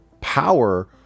power